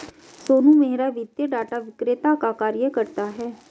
सोनू मेहरा वित्तीय डाटा विक्रेता का कार्य करता है